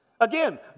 Again